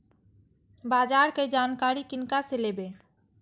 बाजार कै जानकारी किनका से लेवे?